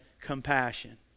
compassion